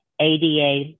ADA